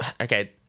Okay